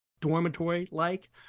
dormitory-like